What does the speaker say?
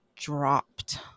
dropped